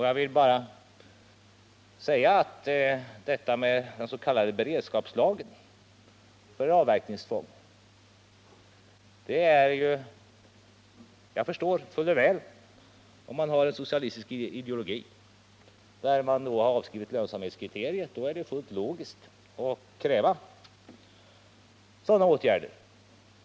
Jag förstår fuller väl att det, om man har en socialistisk ideologi där man har avskrivit lönsamhetskriteriet, är fullt logiskt att kräva en s.k. beredskapslag för en avverkningsfond.